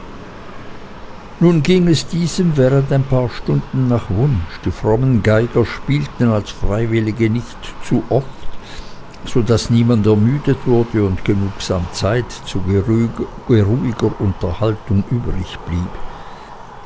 nun ging es diesem während ein paar stunden nach wunsch die frommen geiger spielten als freiwillige nicht zu oft so daß niemand ermüdet wurde und genugsam zeit zu geruhiger unterhaltung